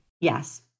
Yes